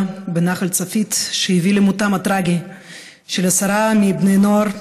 בנחל צפית שהביא למותם הטרגי של עשרה בני נוער,